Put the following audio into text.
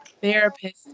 therapist